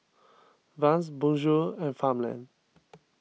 Vans Bonjour and Farmland